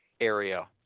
area